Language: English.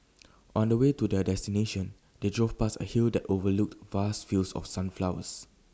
on the way to their destination they drove past A hill that overlooked vast fields of sunflowers